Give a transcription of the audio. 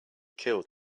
killed